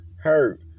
hurt